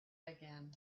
again